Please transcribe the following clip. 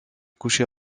couché